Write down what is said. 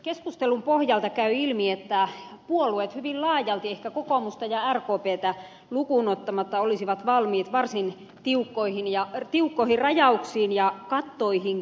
keskustelun pohjalta käy ilmi että puolueet hyvin laajalti ehkä kokoomusta ja rkptä lukuun ottamatta olisivat valmiit varsin tiukkoihin rajauksiin ja kattoihinkin